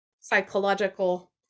psychological